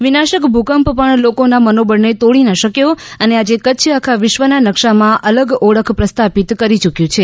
વિનાશક ભૂકંપ પણ લોકોના મનોબળને તોડી ના શક્યો અને આજે કચ્છ આખા વિશ્વના નકશામાં અલગ ઓળખ પ્રસ્થાપિત કરી ચૂક્યું છે